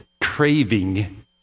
craving